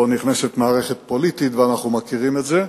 פה נכנסת מערכת פוליטית, ואנחנו מכירים את זה.